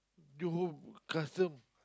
Johor custom